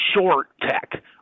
short-tech